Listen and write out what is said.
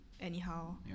anyhow